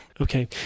okay